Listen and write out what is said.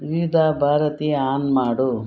ವಿವಿಧಭಾರತಿ on ಮಾಡು